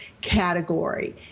category